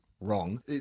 Wrong